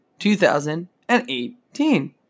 2018